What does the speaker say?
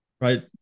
right